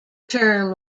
term